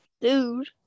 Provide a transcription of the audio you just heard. Dude